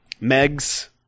meg's